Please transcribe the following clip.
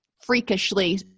freakishly